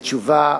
בתשובה